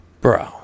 Bro